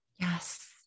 Yes